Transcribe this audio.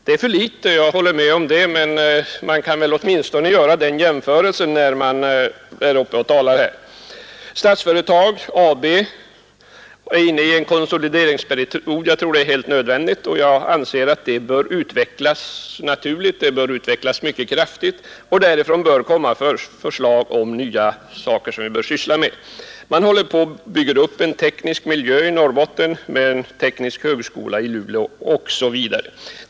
Jag håller med om att det för litet, men man kan väl åtminstone göra den jämförelsen när man talar om dessa ting. Statsföretag AB är nu inne i en konsolideringsperiod, som jag tror är helt nödvändig. Jag anser att det företaget bör utvecklas naturligt och mycket kraftigt, och därifrån bör det komma förslag på sådana verksamheter som vi bör syssla med. Sedan håller man också på att bygga upp en teknisk miljö i Norrbotten med en teknisk högskola i Luleå osv.